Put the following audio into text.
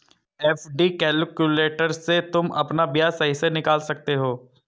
FD calculator से तुम अपना ब्याज सही से निकाल सकते हो